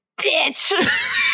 Bitch